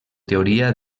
teoria